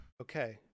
Okay